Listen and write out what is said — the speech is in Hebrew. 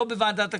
לא בוועדת הכספים,